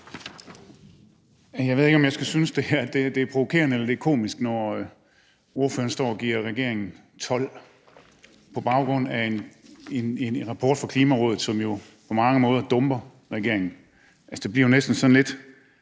Jeg ved ikke, om jeg skal synes, det er provokerende eller det er komisk, når ordføreren står og giver regeringen 12 på baggrund af en rapport fra Klimarådet, som jo på mange måder dumper regeringen. Altså, det bliver jo næsten sådan lidt